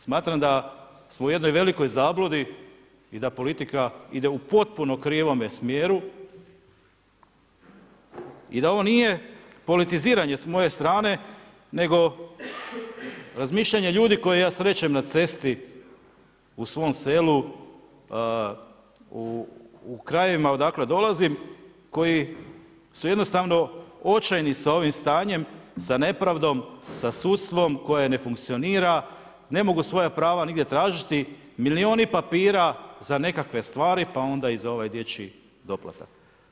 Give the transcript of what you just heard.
Smatram da smo u jednoj velikoj zabludi i da politika ide u potpuno krivome smjeru i da ovo nije politizirane s moje strane nego razmišljanje ljudi koje ja srećem na cesti u svom selu u krajevima odakle dolazim koji su jednostavno očajni sa ovim stanjem, sa nepravdom, sa sudstvom koje ne funkcionira ne mogu svoja prava nigdje tražiti, milijuni papira za nekakve stvari pa onda i za ovaj dječji doplatak.